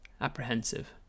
apprehensive